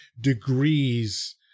degrees